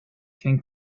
can